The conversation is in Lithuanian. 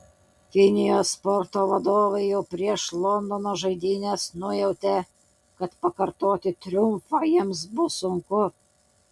kinijos sporto vadovai jau prieš londono žaidynes nujautė kad pakartoti triumfą jiems bus sunku